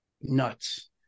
nuts